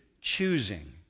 choosing